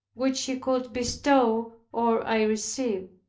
which he could bestow or i receive.